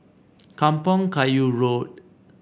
Kampong Kayu Road